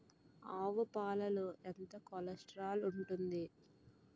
ఆవు పాలలో ఎంత కొలెస్ట్రాల్ ఉంటుంది?